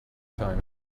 time